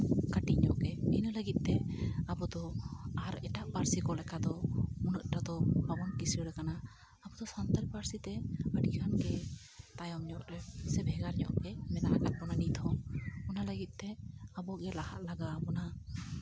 ᱠᱟᱹᱴᱤᱪ ᱧᱚᱜ ᱜᱮ ᱤᱱᱟᱹ ᱞᱟᱹᱜᱤᱫ ᱛᱮ ᱟᱵᱚᱫᱚ ᱟᱨ ᱮᱴᱟᱜ ᱯᱟᱹᱨᱥᱤ ᱠᱚ ᱞᱮᱠᱟ ᱫᱚ ᱩᱱᱟᱹᱜ ᱴᱟ ᱫᱚ ᱵᱟᱵᱚᱱ ᱠᱤᱥᱟᱹᱲ ᱟᱠᱟᱱᱟ ᱟᱵᱚᱫᱚ ᱥᱟᱱᱛᱟᱲ ᱯᱟᱹᱨᱥᱤᱛᱮ ᱟᱹᱰᱤᱜᱟᱱᱜᱮ ᱛᱟᱭᱚᱢ ᱧᱚᱜ ᱨᱮ ᱥᱮ ᱵᱷᱮᱜᱟᱨ ᱧᱚᱜ ᱜᱮ ᱢᱮᱱᱟᱜ ᱟᱠᱟᱫ ᱵᱚᱱᱟ ᱱᱤᱛᱦᱚᱸ ᱚᱱᱟ ᱞᱟᱹᱜᱤᱫ ᱛᱮ ᱟᱵᱚᱜᱮ ᱞᱟᱦᱟᱜ ᱞᱟᱜᱟᱣ ᱟᱵᱚᱱᱟ